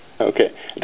Okay